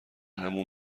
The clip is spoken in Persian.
عمو